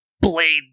blade